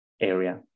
area